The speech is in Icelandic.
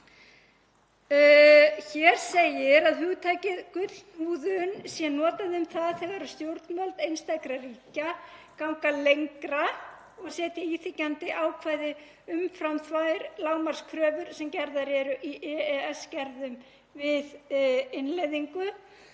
Hér segir að hugtakið gullhúðun sé notað um það þegar stjórnvöld einstakra ríkja ganga lengra og setja íþyngjandi ákvæði umfram þær lágmarkskröfur sem gerðar eru í EES-gerðum við innleiðingu.